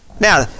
Now